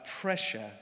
pressure